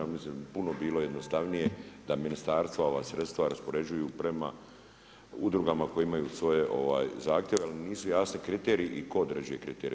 Ja mislim da bi puno bilo jednostavnije da ministarstva ova sredstva raspoređuju prema udrugama koje imaju svoje zahtjeve, ali nisu jasni kriteriji i tko određuje kriterije.